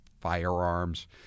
firearms